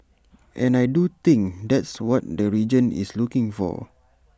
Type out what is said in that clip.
and I do think that's what the region is looking for